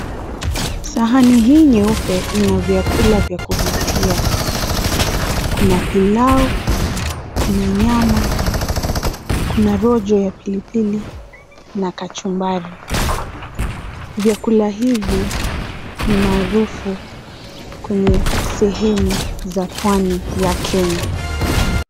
Sahani hii nyeupe ina vyakula vya kuvutia kuna pilau, kuna nyama, kuna rojo ya pilipili na kachumbari vyakula hivi ni marufu kwenye sehemu za pwani ya Kenya.